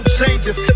changes